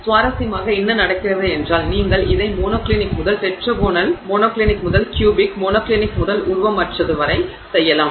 எனவே சுவாரஸ்யமாக என்ன நடக்கிறது என்றால் நீங்கள் இதை மோனோக்ளினிக் முதல் டெட்ராகோனல் மோனோக்ளினிக் முதல் க்யூபிக் மோனோக்ளினிக் முதல் உருவமற்றது வரை செய்யலாம்